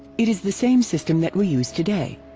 it is the same system that we use today.